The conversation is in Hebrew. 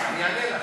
אני אענה לך.